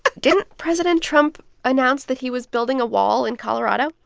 didn't president trump announce that he was building a wall in colorado?